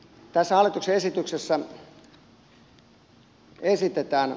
tässä hallituksen esityksessä esitetään